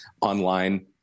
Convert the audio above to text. Online